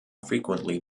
frequently